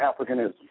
Africanism